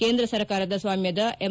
ಕೇಂದ್ರ ಸರಕಾರದ ಸ್ವಾಮ್ಲದ ಎಂ